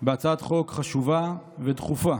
בהצעת חוק חשובה ודחופה,